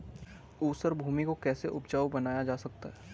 ऊसर भूमि को कैसे उपजाऊ बनाया जा सकता है?